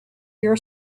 your